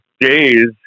days